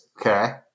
Okay